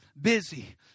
busy